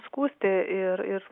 skųsti ir